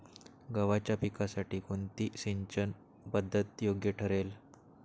गव्हाच्या पिकासाठी कोणती सिंचन पद्धत योग्य ठरेल?